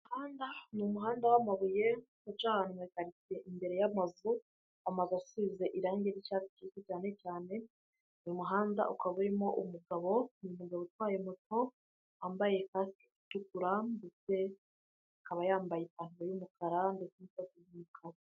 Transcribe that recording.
Umuhanda, ni umuhanda w'amabuye uca ahantu mu karitsiye imbere y'amazu, amazu asize irangi ry'icyatsi kibisi cyane cyane, uyu muhanda ukaba urimo umugabo, umugabo utwaye moto wambaye kasike itukura ndetse akaba yambaye ipantaro y'umukara ndetse n'ikote ry'umukara.